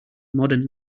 modern